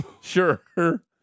Sure